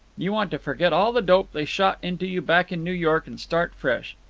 you want to forget all the dope they shot into you back in new york and start fresh.